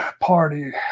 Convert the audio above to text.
Party